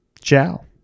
Ciao